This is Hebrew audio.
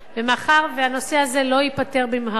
ומאחר שהנושא הזה לא ייפתר במהרה,